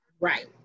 Right